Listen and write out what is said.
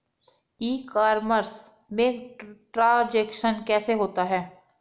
ई commerce में transaction कैसे होता है?